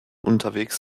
unterwegs